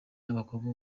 n’abakobwa